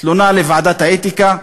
תלונה לוועדת האתיקה.